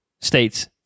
states